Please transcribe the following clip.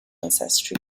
ancestry